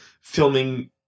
filming